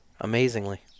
Amazingly